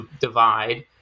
divide